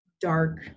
dark